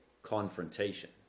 confrontation